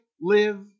live